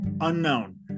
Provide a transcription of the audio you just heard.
unknown